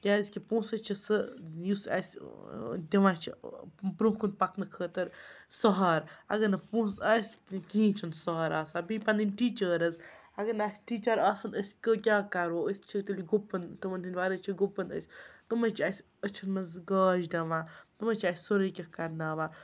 کیٛازِکہِ پونٛسَے چھِ سُہ یُس اَسہِ دِوان چھِ بروںٛہہ کُن پَکنہٕ خٲطرٕ سہارٕ اگر نہٕ پونٛسہٕ آسہِ تہٕ کِہیٖنۍ چھُنہٕ سہارٕ آسان بیٚیہِ پَنٕنۍ ٹیٖچٲرٕز اگر نہٕ اَسہِ ٹیٖچَر آسان أسۍ کیٛاہ کَرو أسۍ چھِ تیٚلہِ گُپُن تِمَن ہِنٛدِ وَرٲے چھِ گُپُن أسۍ تِمَے چھِ اَسہِ أچھَن منٛز گاش دِوان تِمَے چھِ اَسہِ سورُے کینٛہہ کَرناوان